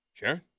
Sure